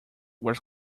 were